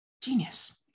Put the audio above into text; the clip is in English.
genius